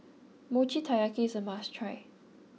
Mochi Taiyaki is a must try